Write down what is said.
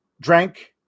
drank